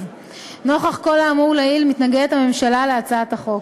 נוכח כל האמור לעיל, הממשלה מתנגדת להצעת החוק.